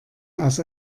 aus